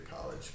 college